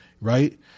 right